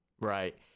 Right